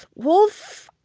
wolf.